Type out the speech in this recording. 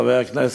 חבר הכנסת,